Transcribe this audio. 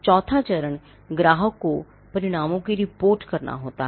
चौथा चरण ग्राहक को परिणामों की रिपोर्ट करना होता है